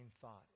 thought